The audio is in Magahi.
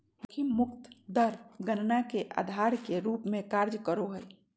जोखिम मुक्त दर गणना के आधार के रूप में कार्य करो हइ